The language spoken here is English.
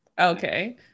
Okay